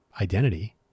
identity